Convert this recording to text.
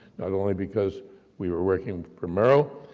not only because we were working for murrow,